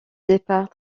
départ